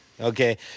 Okay